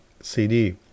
CD